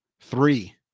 three